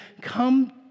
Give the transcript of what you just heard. come